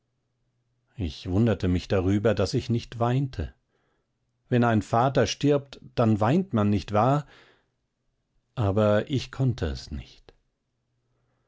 ich wunderte mich darüber daß ich nicht weinte wenn ein vater stirbt dann weint man nicht wahr aber ich konnte nicht